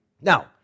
Now